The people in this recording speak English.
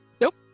Nope